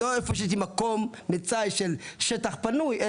לא איפה שיש לי מקום של שטח פנוי,